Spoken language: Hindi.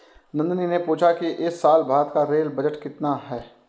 नंदनी ने पूछा कि इस साल भारत का रेल बजट कितने का है?